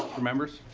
from members?